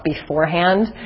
beforehand